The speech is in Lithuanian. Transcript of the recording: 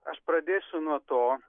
aš pradėsiu nuo to